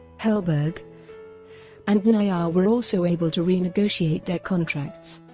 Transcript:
helberg and nayyar were also able to renegotiate their contracts,